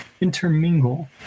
intermingle